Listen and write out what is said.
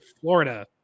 Florida